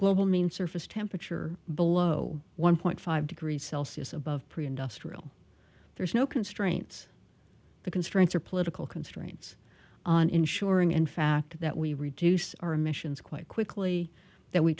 global mean surface temperature below one point five degrees celsius above pre industrial there's no constraints the constraints are political constraints on ensuring in fact that we reduce our emissions quite quickly that we